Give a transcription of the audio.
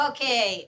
Okay